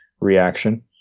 reaction